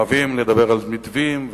אוהבים לדבר על מתווים.